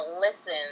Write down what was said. listen